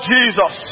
Jesus